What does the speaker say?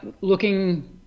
looking –